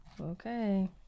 okay